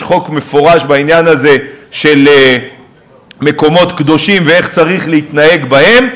יש חוק מפורש בעניין הזה של מקומות קדושים ואיך צריך להתנהג בהם,